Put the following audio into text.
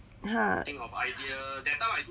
ha